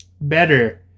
better